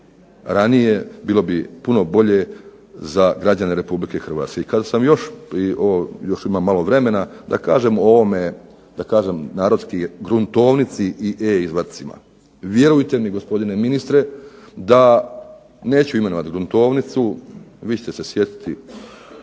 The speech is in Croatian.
ranije, bilo bi puno bolje za građane RH. Kada sam još imam malo vremena, da kažem o narodski o gruntovnici i e-izvadcima, vjerujte mi gospodine ministre da neću imenovati gruntovnicu. Vi ćete se sjetiti